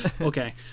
okay